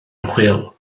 chwil